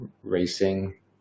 racing